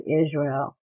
Israel